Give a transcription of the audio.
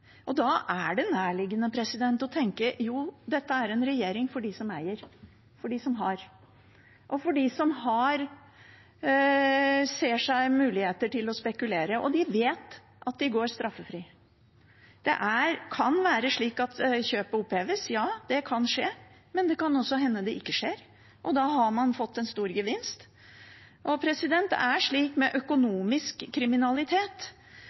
Da er det nærliggende å tenke: Jo, dette er en regjering for dem som eier, for dem som har, for dem som ser seg muligheter til å spekulere, og som vet at de går straffri. Det kan være slik at kjøpet oppheves – ja, det kan skje. Men det kan også hende at det ikke skjer, og da har man fått en stor gevinst. Det er slik med økonomisk kriminalitet